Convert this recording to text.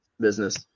business